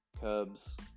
Cubs